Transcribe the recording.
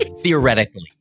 Theoretically